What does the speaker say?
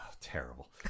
Terrible